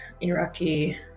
iraqi